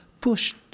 pushed